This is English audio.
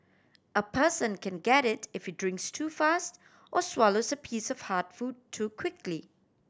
a person can get it if he drinks too fast or swallows a piece of hard food too quickly